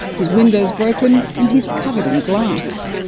his window's broken and he's covered in glass.